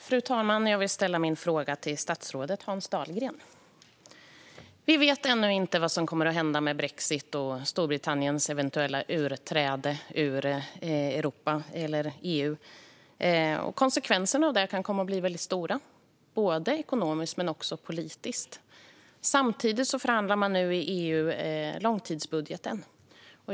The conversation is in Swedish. Fru talman! Jag vill ställa min fråga till statsrådet Hans Dahlgren. Vi vet ännu inte vad som kommer att hända med brexit och med Storbritanniens eventuella utträde ur EU. Konsekvenserna kan komma att bli stora både ekonomiskt och politiskt. Samtidigt förhandlar man nu i EU om långtidsbudgeten.